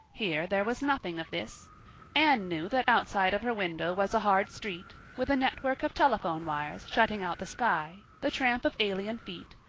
here there was nothing of this anne knew that outside of her window was a hard street, with a network of telephone wires shutting out the sky, the tramp of alien feet,